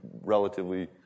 relatively